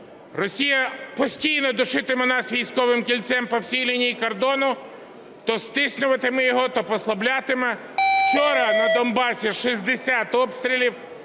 Росія постійно душитиме нас військовим кільцем по всій лінії кордону, то стиснюватиме його, то послаблятиме. Вчора на Донбасі 60 обстрілів,